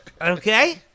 Okay